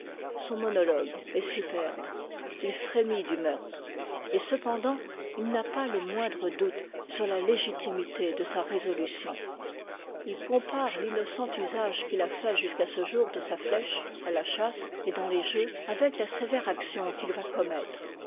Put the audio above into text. son monologue est superbe il frémit du meurtre et cependant il n'a pas te moindre doute sur la légitimité de sa résolution il compare l'innocent usage qu'il a fait jusqu'à ce jour de sa flèche à la chasse et dans les jeux avec la sévère action qu'il va commettre